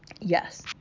Yes